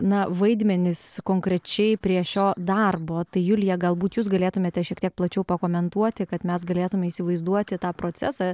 na vaidmenis konkrečiai prie šio darbo tai julija galbūt jūs galėtumėte šiek tiek plačiau pakomentuoti kad mes galėtume įsivaizduoti tą procesą